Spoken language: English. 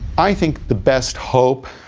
i think the best hope